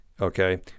okay